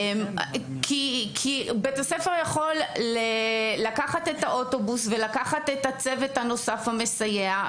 כי בית הספר יכול לקחת את האוטובוס ולקחת את הצוות הנוסף המסייע,